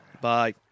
Bye